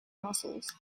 muscles